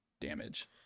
damage